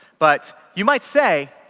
but you might say,